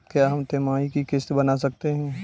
क्या हम तिमाही की किस्त बना सकते हैं?